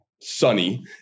sunny